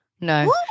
no